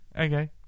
okay